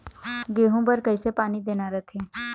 गेहूं बर कइसे पानी देना रथे?